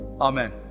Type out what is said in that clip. Amen